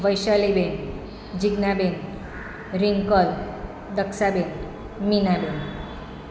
વૈશાલીબેન જિજ્ઞાબેન રિંકલ દક્ષાબેન મીનાબેન